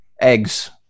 Eggs